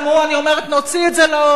אני אומרת: נוציא את זה לאור,